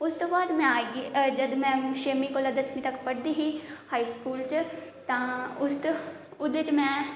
उस तू बाद में आई गेई जदूं में छेमी कोला दसमीं तक पढ़दी ही हाई स्कूल च तां उस ओहदे च में